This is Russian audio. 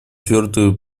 твердую